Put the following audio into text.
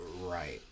right